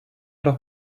doch